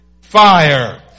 fire